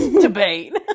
debate